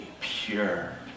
pure